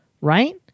right